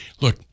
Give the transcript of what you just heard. look